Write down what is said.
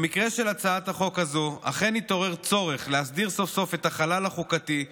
במקרה של הצעת החוק הזו אכן התעורר צורך להסדיר סוף-סוף את החלל החוקתי,